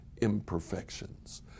imperfections